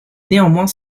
néanmoins